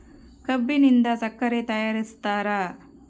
ಕಬ್ಬಿನಿಂದ ಸಕ್ಕರೆ ತಯಾರಿಸ್ತಾರ